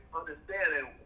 understanding